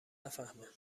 نفهمه